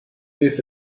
this